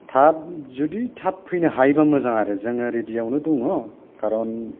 थाब जुदि थाब फैनो हायोबा मोजां आरो जोङो रेडियावनो दङ कारन